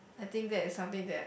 I think that is something that